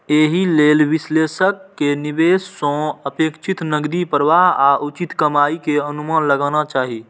एहि लेल विश्लेषक कें निवेश सं अपेक्षित नकदी प्रवाह आ उचित कमाइ के अनुमान लगाना चाही